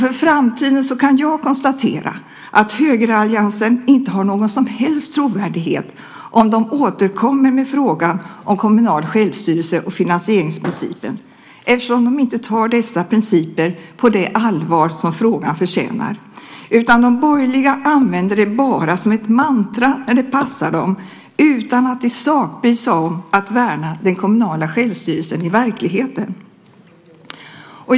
För framtiden kan jag konstatera att högeralliansen inte har någon som helst trovärdighet om de återkommer med frågan om kommunal självstyrelse och finansieringsprincipen, eftersom de inte tar dessa principer på det allvar frågan förtjänar. De borgerliga använder det bara som ett mantra när det passar dem, utan att i sak bry sig om att värna den kommunala självstyrelsen i verkligheten.